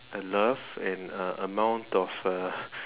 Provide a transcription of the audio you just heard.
love and uh amount of uh